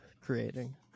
creating